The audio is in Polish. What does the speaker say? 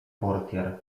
portier